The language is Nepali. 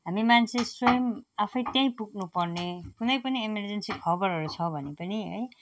हामी मान्छे स्वयम् आफै त्यही पुग्नु पर्ने कुनै पनि इमर्जेन्सी खबरहरू छ भने पनि है